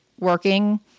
working